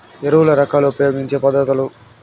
ఎరువుల రకాలు ఉపయోగించే పద్ధతులు?